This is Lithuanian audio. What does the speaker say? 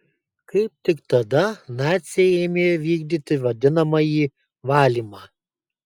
kaip tik tada naciai ėmė vykdyti vadinamąjį valymą